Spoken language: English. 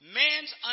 man's